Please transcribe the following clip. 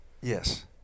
Yes